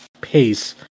pace